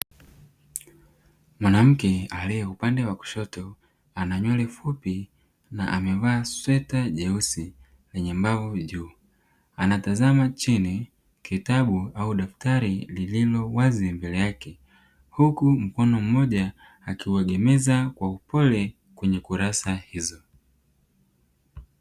Mwanamke aliye upande wa kushoto ana nywele fupi na amevaa sweta jeusi yenye mbavu juu, anatazama chini kitabu au daktari lililo wazi mbele yake huku mkono mmoja akiwagemeza kwa upole kwenye kurasa hizo.